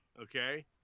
Okay